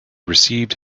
received